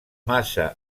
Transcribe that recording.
massa